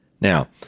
Now